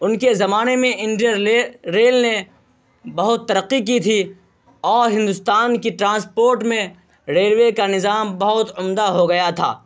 ان کے زمانے میں اینڈین ریل نے بہت ترقی کی تھی اور ہندوستان کی ٹرانسپورٹ میں ریلوے کا نظام بہت عمدہ ہو گیا تھا